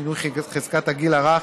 שינוי חזקת הגיל הרך),